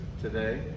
today